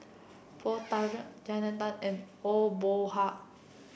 Poh Thian Jannie Tay and Aw Boon Haw